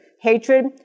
Hatred